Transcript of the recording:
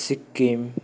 Sikkim